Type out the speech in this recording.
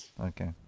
Okay